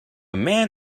man